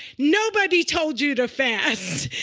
nobody told you to fast.